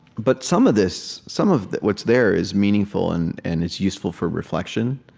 but some of this some of what's there is meaningful, and and it's useful for reflection.